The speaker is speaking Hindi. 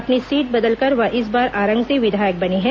अपनी सीट बदलकर वह इस बार आरंग से विधायक बने हैं